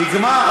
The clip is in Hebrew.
נגמר.